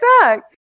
back